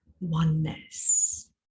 oneness